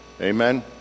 amen